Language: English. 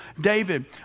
David